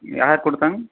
யார் கொடுத்தாங்க